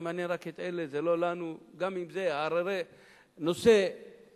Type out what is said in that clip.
זה מעניין רק את אלה וזה לא לנו גם אם זה נושא ענייני,